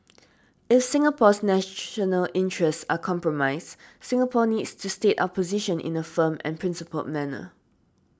if Singapore's national interests are compromised Singapore needs to state our position in a firm and principle manner